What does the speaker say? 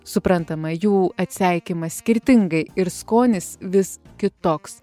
suprantama jų atseikima skirtingai ir skonis vis kitoks